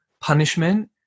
punishment